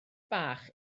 bach